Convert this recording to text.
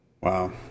Wow